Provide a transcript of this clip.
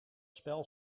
spel